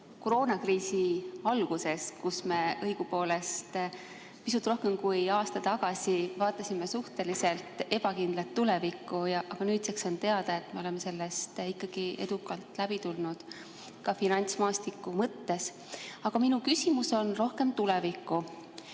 koroonakriisi algusel, kus me pisut rohkem kui aasta tagasi vaatasime õigupoolest suhteliselt ebakindlalt tulevikku, aga nüüdseks on teada, et me oleme sellest ikkagi edukalt läbi tulnud ka finantsmaastiku mõttes. Minu küsimus on rohkem tulevikku